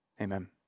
amen